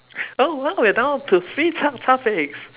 oh well we're now to free talk topics